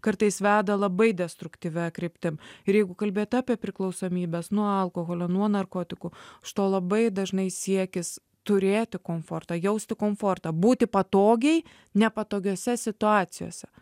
kartais veda labai destruktyvia kryptim ir jeigu kalbėt apie priklausomybes nuo alkoholio nuo narkotikų iš to labai dažnai siekis turėti komfortą jausti komfortą būti patogiai nepatogiose situacijose